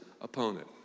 opponent